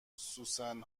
سوسن